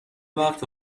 وقت